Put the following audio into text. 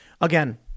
Again